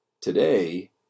Today